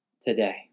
today